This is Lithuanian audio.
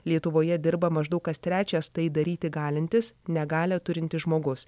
lietuvoje dirba maždaug kas trečias tai daryti galintis negalią turintis žmogus